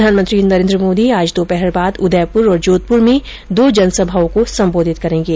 प्रधानमंत्री नरेन्द्र मोदी आज दोपहर बाद उदयपुर और जोधपुर में दो जनसभाओं को संबोधित करेंगे